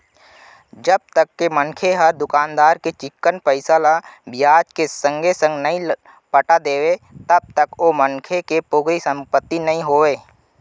जब तक के मनखे ह दुकानदार के चिक्कन पइसा ल बियाज के संगे संग नइ पटा देवय तब तक ओ मनखे के पोगरी संपत्ति नइ होवय